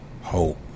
hope